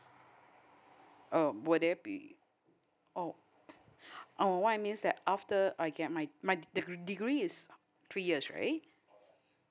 um were there be oh oh what I means that after I get my my degree degree is three years right